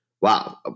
Wow